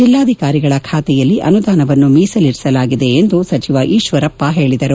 ಜಿಲ್ಲಾಧಿಕಾರಿಗಳ ಖಾತೆಯಲ್ಲಿ ಅನುದಾನವನ್ನು ಮೀಸಲಿರಿಸಲಾಗಿದೆ ಎಂದು ಸಚಿವ ಈಶ್ವರಪ್ಪ ಹೇಳಿದರು